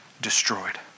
destroyed